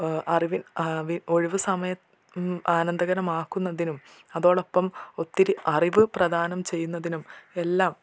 അറിവിൽ ഒഴിവ് സമയം ആനന്ദകരമാക്കുന്നതിനും അതോടൊപ്പം ഒത്തിരി അറിവ് പ്രധാനം ചെയ്യുന്നതിനും എല്ലാം